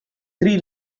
three